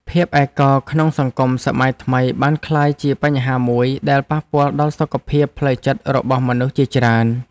ភាពឯកោក្នុងសង្គមសម័យថ្មីបានក្លាយជាបញ្ហាមួយដែលប៉ះពាល់ដល់សុខភាពផ្លូវចិត្តរបស់មនុស្សជាច្រើន។